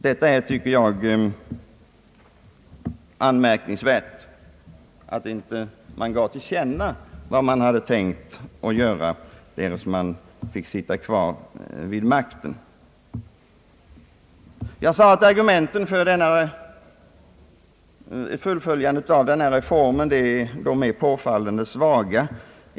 Det är anmärkningsvärt att man inte gav till känna vad man tänkte göra om man fick sitta kvar vid makten. Jag sade att argumenten för fullföljande av denna reform är påfallande svaga.